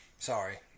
Sorry